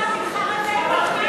ראש הממשלה נבחר על-ידי,